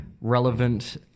relevant